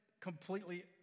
completely